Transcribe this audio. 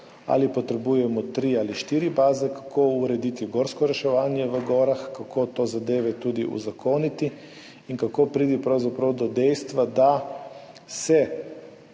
ali potrebujemo tri ali štiri baze, kako urediti gorsko reševanje v gorah, kako zadeve tudi uzakoniti in kako priti do dejstva, da se